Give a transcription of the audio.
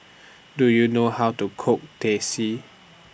Do YOU know How to Cook Teh C